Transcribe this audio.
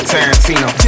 Tarantino